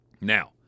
Now